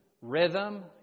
rhythm